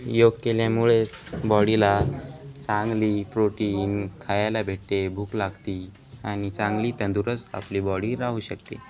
योग केल्यामुळेच बॉडीला चांगली प्रोटीन खायला भेटते भूक लागते आणि चांगली तंदुरस्त आपली बॉडी राहू शकते